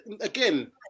again